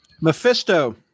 Mephisto